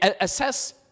Assess